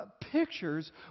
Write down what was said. pictures